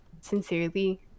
sincerely